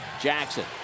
Jackson